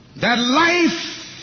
that life